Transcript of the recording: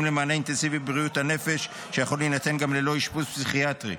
למענה אינטנסיבי בבריאות הנפש שיכול להינתן גם ללא אשפוז פסיכיאטרי.